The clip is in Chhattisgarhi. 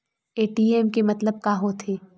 ए.टी.एम के मतलब का होथे?